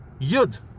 Yud